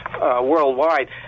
worldwide